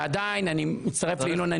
ועדין אני מצטרף לינון.